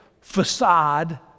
facade